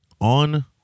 on